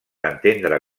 entendre